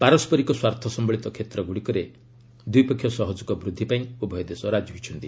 ପାରସ୍କରିକ ସ୍ୱାର୍ଥ ସମ୍ଭଳିତ କ୍ଷେତ୍ରଗୁଡିକରେ ଦ୍ୱିପକ୍ଷୀୟ ସହଯୋଗ ବୃଦ୍ଧି ପାଇଁ ଉଭୟ ଦେଶ ରାଜି ହୋଇଛନ୍ତି